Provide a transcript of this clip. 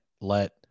let